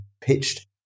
pitched